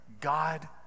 God